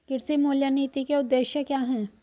कृषि मूल्य नीति के उद्देश्य क्या है?